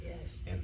Yes